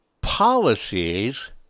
policies